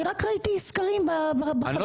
אני רק ראיתי סקרים בחדשות.